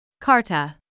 Carta